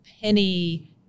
penny